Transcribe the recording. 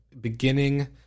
beginning